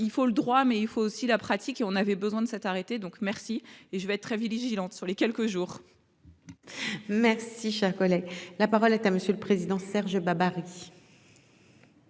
il faut le droit, mais il faut aussi la pratique et on avait besoin de cet arrêté donc merci et je vais être très vigilante sur les quelques jours. Merci, cher collègue, la parole est à monsieur le président, Serge Babary.